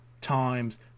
times